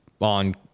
on